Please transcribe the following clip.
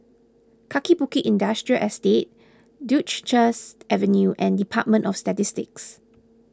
Kaki Bukit Industrial Estate Duchess Avenue and Department of Statistics